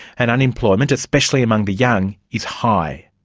and unemployment, especially among the young, is high.